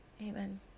Amen